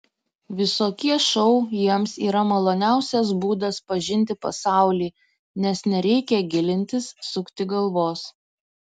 visokie šou jiems yra maloniausias būdas pažinti pasaulį nes nereikia gilintis sukti galvos